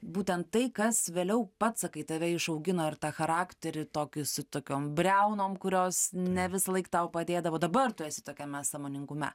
būtent tai kas vėliau pats sakai tave išaugino ir tą charakterį tokius su tokiom briaunom kurios ne visąlaik tau padėdavo dabar tu esi tokiame sąmoningume